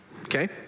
okay